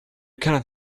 cannot